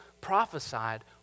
prophesied